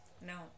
no